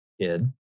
kid